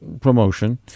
promotion